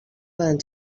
poden